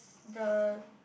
the